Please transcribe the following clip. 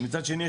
ומצד שני,